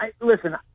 Listen